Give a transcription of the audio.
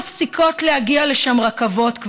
כבר מפסיקות להגיע לשם רכבות,